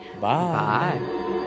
Bye